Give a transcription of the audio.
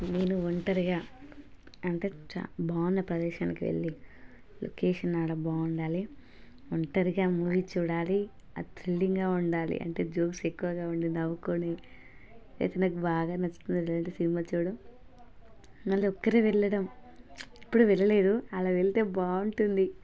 నేను ఒంటరిగా అంటే చ బాగున్న ప్రదేశానికి వెళ్ళి లొకేషన్ ఆడ బాగుండాలి ఒంటరిగా మూవీ చూడాలి అది థ్రిల్లింగ్గా ఉండాలి అంటే జోక్స్ ఎక్కువగా ఉండి నవ్వుకొని అయితే నాకు బాగా నచ్చుతుంది అలాంటి సినిమా చూడడం మళ్ళీ ఒక్కరు వెళ్ళడం ఇప్పుడు వెళ్ళలేదు అలా వెళితే బాగుంటుంది